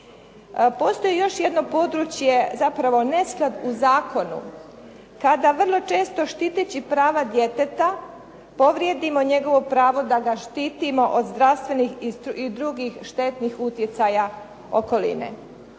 Postoji još jedno područje, zapravo nesklad u zakonu kada vrlo često štiteći prava djeteta povrijedimo njegovo pravo da ga štitimo od zdravstvenih i drugih štetnih utjecaja okoline.